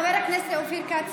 חבר הכנסת אופיר כץ,